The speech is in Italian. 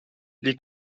gli